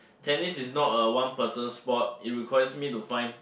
tennis is not a one person's sport it requires me to find